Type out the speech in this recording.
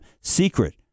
secret